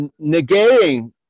negating